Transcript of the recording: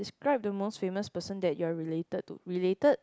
describe the most famous person that you are related to related